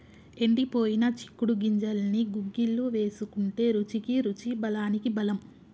ఎండిపోయిన చిక్కుడు గింజల్ని గుగ్గిళ్లు వేసుకుంటే రుచికి రుచి బలానికి బలం